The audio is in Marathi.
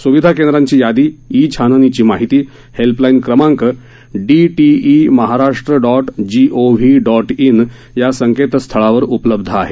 सुविधा केंद्रांची यादी ई छाननीची माहिती हेल्पलाईन क्रमांक DTE Maharashtra dot GOV dot in या संकेतस्थळावर उपलब्ध आहे